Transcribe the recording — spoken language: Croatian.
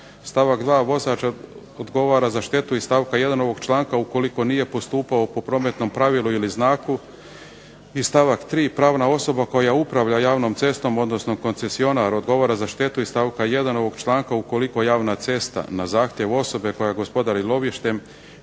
Stavak 2. "Vozač odgovara za štetu iz stavka 1. ovog članka ukoliko nije postupao po prometnom pravilu i znaku". I stavak 3. "Pravna osoba koja upravlja javnom cestom odnosno koncesionar odgovara za štetu iz stavka 1. ovog članka ukoliko javna cesta na zahtjev osobe koja gospodari lovištem